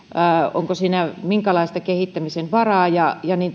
onko siinä minkälaista kehittämisen varaa ja ja